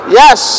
yes